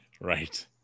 Right